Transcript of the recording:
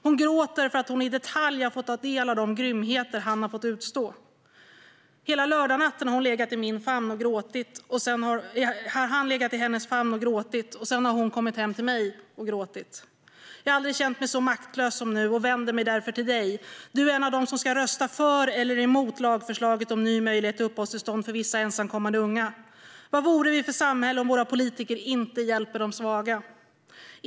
Hon gråter för att hon i detalj har fått ta del av de grymheter han fått utstå. Hela lördagsnatten har han legat i hennes famn och gråtit, och sedan har hon kommit hem till mig och gråtit. Jag har aldrig känt mig så maktlös som nu och vänder mig därför till dig. Du är en av dem som ska rösta för eller emot lagförslaget om ny möjlighet till uppehållstillstånd för vissa ensamkommande unga. Vad vore vi för samhälle om våra politiker inte hjälper de svaga?